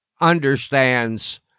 understands